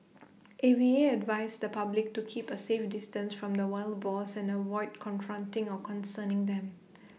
A V A advised the public to keep A safe distance from the wild boars and avoid confronting or concerning them